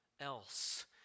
else